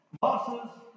bosses